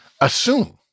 assume